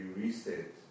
reset